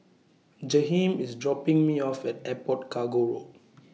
Jaheem IS dropping Me off At Airport Cargo Road